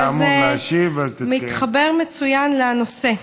היה אמור להשיב, אז, מתחבר מצוין לנושא.